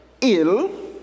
ill